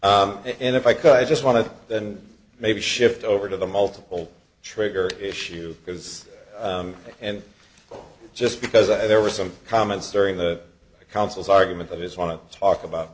c and if i could i just want to then maybe shift over to the multiple trigger issue because and just because i there were some comments during the council's argument of his want to talk about